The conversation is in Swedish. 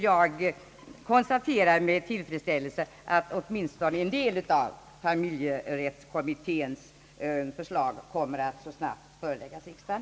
Jag konstaterar med tillfredsställelse att åtminstone en del av familjekommitténs förslag kommer att så snabbt föreläggas riksdagen.